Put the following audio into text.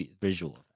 visual